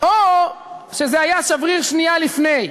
או שזה היה שבריר שנייה לפני.